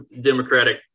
Democratic